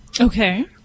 Okay